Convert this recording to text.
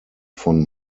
von